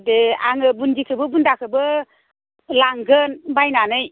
दे आङो बुन्दिखौबो बुन्दाखौबो लांगोन बायनानै